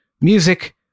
music